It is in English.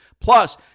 Plus